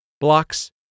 Blocks